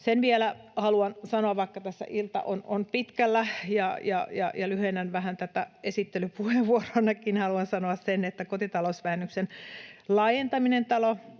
Sen vielä haluan sanoa — vaikka tässä ilta on pitkällä ja lyhennän vähän tätä esittelypuheenvuoroanikin — että kotitalousvähennyksen laajentaminen